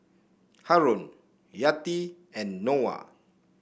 Haron Yati and Noah